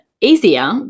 easier